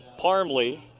Parmley